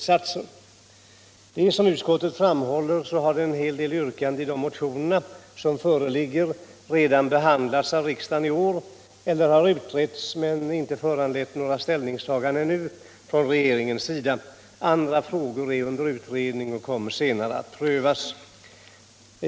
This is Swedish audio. Som utskottet framhåller har en hel del yrkanden i de motioner som föreligger redan behandlats av riksdagen i år eller också utretts men ännu inte föranleut några ställningstaganden från regeringens sida. Andra frågor är under utredning och kommer senare att prövas.